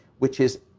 which is,